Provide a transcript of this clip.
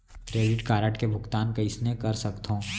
Credit card के भुगतान कईसने कर सकथो?